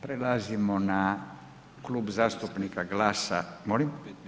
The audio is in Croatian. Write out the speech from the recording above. Prelazimo na Klub zastupnika GLAS-a. … [[Upadica se ne čuje.]] Molim?